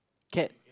cat